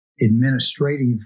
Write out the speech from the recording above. administrative